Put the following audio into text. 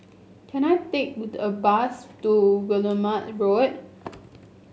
can I take with a bus to Guillemard Road